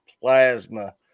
plasma